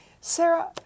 Sarah